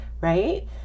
right